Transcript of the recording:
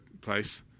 place